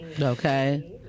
okay